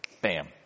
bam